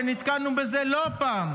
ונתקלנו בזה לא פעם.